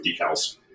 decals